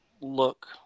look